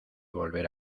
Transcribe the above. volver